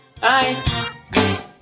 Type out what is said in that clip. Bye